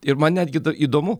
ir man netgi įdomu